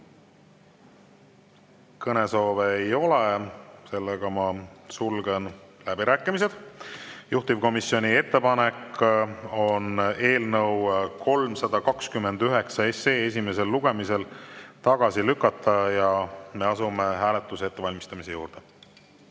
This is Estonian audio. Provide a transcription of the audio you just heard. Kõnesoove ei ole, ma sulgen läbirääkimised. Juhtivkomisjoni ettepanek on eelnõu 329 esimesel lugemisel tagasi lükata. Ja me asume hääletuse ettevalmistamise juurde.